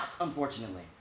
unfortunately